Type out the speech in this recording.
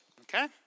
Okay